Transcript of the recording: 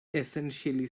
essentially